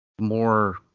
more